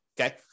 Okay